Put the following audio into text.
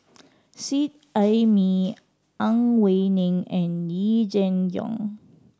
Seet Ai Mee Ang Wei Neng and Yee Jenn Jong